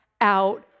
out